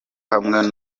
hamwe